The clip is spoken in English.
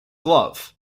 glove